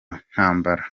ntambara